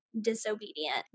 disobedient